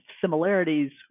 similarities